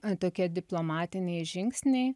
tokie diplomatiniai žingsniai